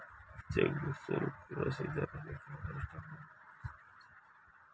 सब चेकबुक शुल्केर रसीदक बैंकेर स्टेटमेन्टत दर्शाल जा छेक